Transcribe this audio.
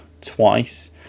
twice